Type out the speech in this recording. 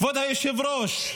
כבוד היושב-ראש,